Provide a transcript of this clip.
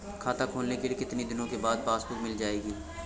खाता खोलने के कितनी दिनो बाद पासबुक मिल जाएगी?